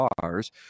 cars